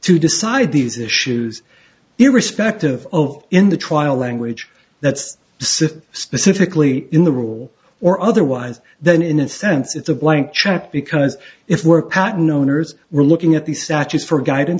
to decide these issues irrespective of in the trial language that's specifically in the rule or otherwise than in a sense it's a blank check because if we're patent owners we're looking at the statues for guidance